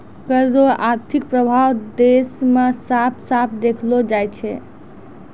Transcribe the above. कर रो आर्थिक प्रभाब देस मे साफ साफ देखलो जाय छै